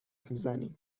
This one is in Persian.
میزنیم